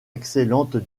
excellente